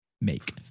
make